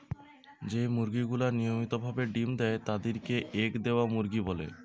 যেই মুরগি গুলা নিয়মিত ভাবে ডিম্ দেয় তাদির কে এগ দেওয়া মুরগি বলে